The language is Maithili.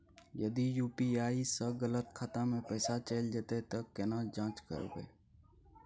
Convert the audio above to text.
यदि यु.पी.आई स गलत खाता मे पैसा चैल जेतै त केना जाँच करबे?